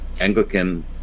Anglican